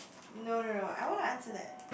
no no no I wanna answer that